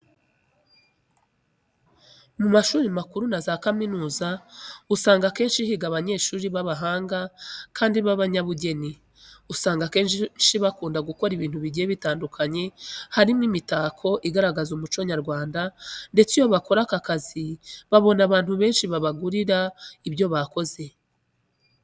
Mu mashuri makuru na za kaminuza usanga akenshi higa abanyeshuri b'abahanga kandi b'abanyabugeni. Usanga akenshi bakunda gukora ibintu bigiye bitandukanye harimo imitako igaragaza umuco nyarwanda ndetse iyo bakora aka kazi babona abantu benshi babagurira ibyo bakoze.